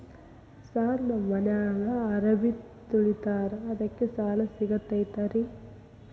Sir ನಮ್ಮ ಮನ್ಯಾಗ ಅರಬಿ ತೊಳಿತಾರ ಅದಕ್ಕೆ ಸಾಲ ಸಿಗತೈತ ರಿ?